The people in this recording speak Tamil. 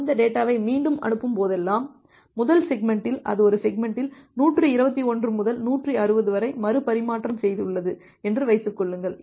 அந்தத் டேட்டாவை மீண்டும் அனுப்பும் போதெல்லாம் முதல் செக்மெண்ட்டில் அது ஒரு செக்மெண்ட்டில் 121 முதல் 160 வரை மறு பரிமாற்றம் செய்துள்ளது என்று வைத்துக் கொள்ளுங்கள்